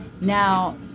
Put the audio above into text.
now